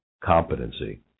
competency